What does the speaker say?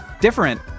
different